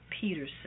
Peterson